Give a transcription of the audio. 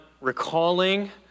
recalling